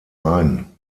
ein